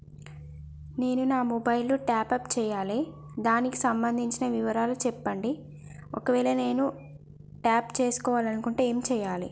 నేను నా mobile top up చేయాలి దానికి సంబంధించిన వివరాలు చెప్పండి ఒకవేళ నేను టాప్ చేసుకోవాలనుకుంటే ఏం చేయాలి?